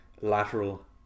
lateral